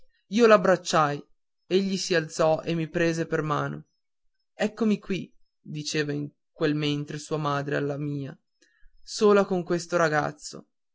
abbracciarlo io l'abbracciai egli s'alzò e mi prese per mano eccomi qui diceva in quel mentre sua madre alla mia sola con questo ragazzo